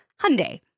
Hyundai